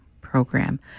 program